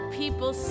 people